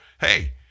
Hey